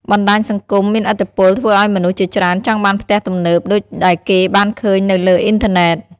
បណ្ដាញសង្គមមានឥទ្ធិពលធ្វើឱ្យមនុស្សជាច្រើនចង់បានផ្ទះទំនើប ដូចដែលគេបានឃើញនៅលើអ៊ីនធឺណេត។